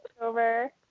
over